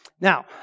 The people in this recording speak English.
Now